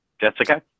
Jessica